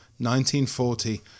1940